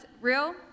Real